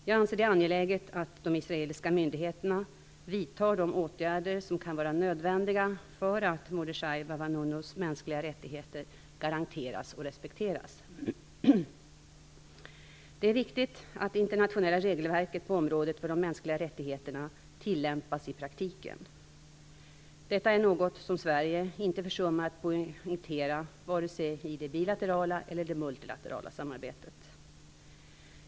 Jag anser det angeläget att de israeliska myndigheterna vidtar de åtgärder som kan vara nödvändiga för att Mordechai Vanunus mänskliga rättigheter garanteras och respekteras. Det är viktigt att det internationella regelverket på området för de mänskliga rättigheterna tillämpas i praktiken. Detta är något som Sverige inte försummar att poängtera vare sig i det bilaterala eller multilaterala samarbetet.